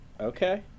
Okay